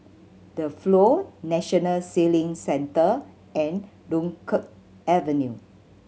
The Flow National Sailing Centre and Dunkirk Avenue